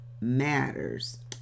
Matters